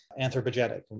anthropogenic